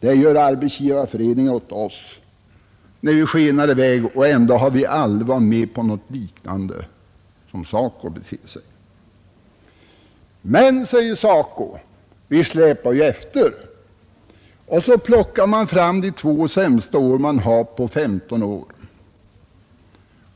Det säger Arbetsgivareföreningen åt oss när vi skenar i väg, och ändå har vi aldrig betett oss som SACO nu gör. Men, säger SACO, vi släpar ju efter! Och så plockar man fram de två sämsta år man haft på 15 år